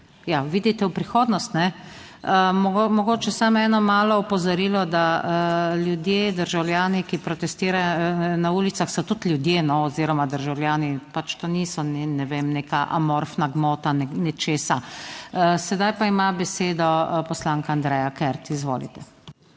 vidite, v prihodnost, kajne? Mogoče samo eno malo opozorilo, da ljudje, državljani, ki protestirajo na ulicah, so tudi ljudje, no, oziroma državljani, pač to niso, ne vem, neka amorfna gmota nečesa. Sedaj pa ima besedo poslanka Andreja Kert. Izvolite.